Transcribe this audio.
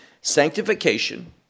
sanctification